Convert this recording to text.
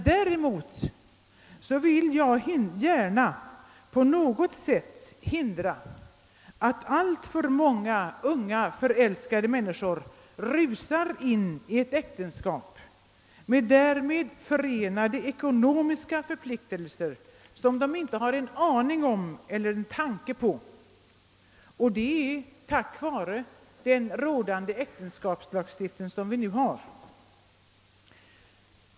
Däremot vill jag gärna på något sätt hindra att alltför många unga förälskade människor rusar in i ett äktenskap med därmed förenade ekonomiska förpliktelser, som de inte har en aning om eller en tanke på, vilket sker på grund av den äktenskapslagstiftning som vi nu har.